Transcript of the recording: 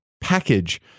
package